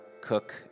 Cook